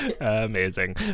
Amazing